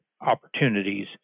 opportunities